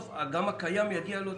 גם הקיים יגיע?